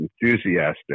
enthusiastic